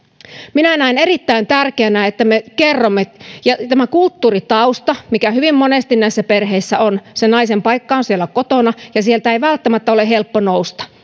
minä näen erittäin tärkeänä että me kerromme tästä ja tämä kulttuuritausta mikä hyvin monesti näissä perheissä on naisen paikka on siellä kotona ja sieltä ei välttämättä ole helppo nousta